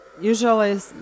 usually